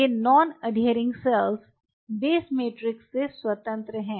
ये non adhering cells base matrix से स्वतंत्र हैं